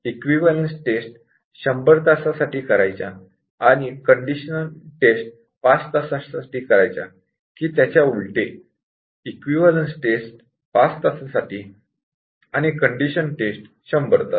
equivalence test 100 तासासाठी करायच्या आणि कंडिशन टेस्ट ५ तासांसाठी करायच्या कि त्याच्या उलटे इक्विवलेन्स टेस्ट ५ तासासाठी आणि कंडिशन टेस्ट १०० तास